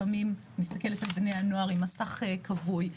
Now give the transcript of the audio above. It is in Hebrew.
לפעמים אני מסתכלת על בני הנוער עם מסך כבוי,